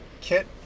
kit